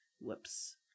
Whoops